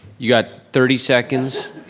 you got thirty seconds.